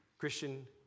Christian